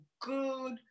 good